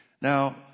Now